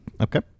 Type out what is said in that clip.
Okay